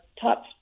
top